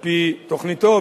על-פי תוכניתו,